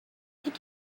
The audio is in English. can